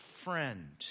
Friend